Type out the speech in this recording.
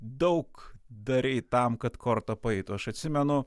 daug darei tam kad kortą paeitų aš atsimenu